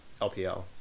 LPL